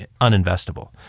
uninvestable